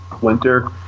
Winter